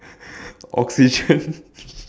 oxygen